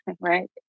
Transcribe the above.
right